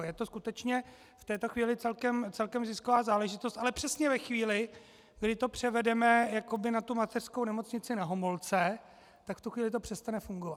Je to skutečně v této chvíli celkem zisková záležitost, ale přesně ve chvíli, kdy to převedeme jakoby na tu mateřskou Nemocnici Na Homolce, tak v tu chvíli to přestane fungovat.